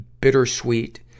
bittersweet